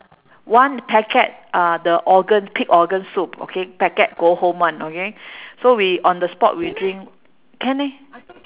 one packet uh the organs pig organ soup okay packet go home one okay so we on the spot we drink can meh